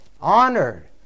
honored